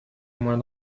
moins